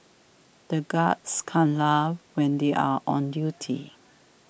the guards can't laugh when they are on duty